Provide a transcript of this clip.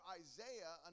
isaiah